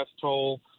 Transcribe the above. toll